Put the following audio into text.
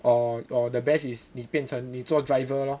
or or the best is 你变成你做 driver lor